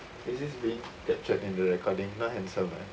is this being capture into recording not handsome right